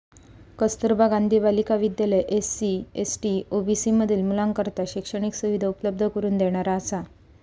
कस्तुरबा गांधी बालिका विद्यालय SC, ST, OBC मधील मुलींकरता शैक्षणिक सुविधा उपलब्ध करून देणारा असा